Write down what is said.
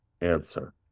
answer